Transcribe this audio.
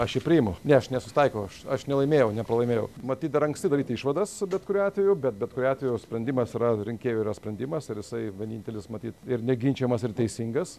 aš jį priimu ne aš nesusitaikiau aš aš nelaimėjau nepralaimėjau matyt dar anksti daryt išvadas bet kuriuo atveju bet bet kuriuo atveju sprendimas yra rinkėjų yra sprendimas ir jisai vienintelis matyt ir neginčijamas ir teisingas